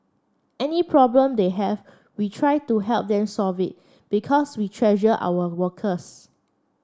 any problem they have we try to help them solve it because we treasure our workers